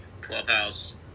clubhouse